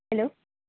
hello